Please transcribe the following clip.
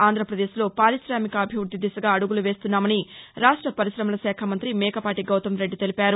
ఆంధ్రపదేశ్ లో పార్మికాభివృద్ది దిశగా అదుగులు వేస్తున్నామని రాష్ట పరిశమల శాఖ మంతి మేకపాటి గౌతం రెడ్డి తెలిపారు